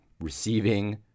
receiving